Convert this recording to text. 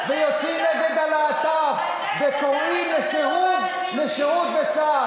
אבל יש רשימה של מטרות החינוך.